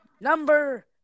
Number